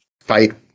fight